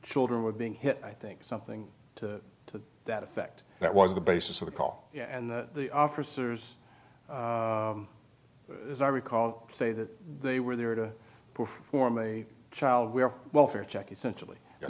children were being hit i think something to to that effect that was the basis of the call and the officers as i recall say that they were there to perform a child where welfare check essentially and